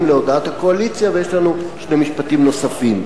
להודעת הקואליציה ויש לנו שני משפטים נוספים: